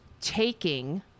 taking